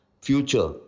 future